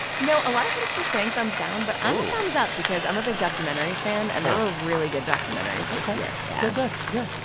you know, a lot of critics were saying thumbs down, but i'm a thumbs up because i'm a big documentary fan. and there were really good documentaries this year ok yeah yeah